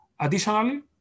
Additionally